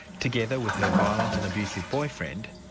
together with her violent and abusive boyfriend,